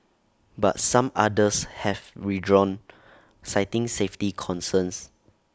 but some others have withdrawn citing safety concerns